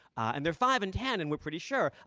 and they're five and ten and we're pretty sure.